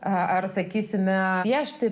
ar sakysime piešti